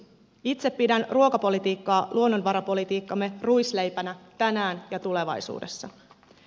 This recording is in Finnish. itse pidän ruokapolitiikkaa luonnonvarapolitiikkamme ruisleipänä tänään ja tulevaisuudessa